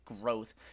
growth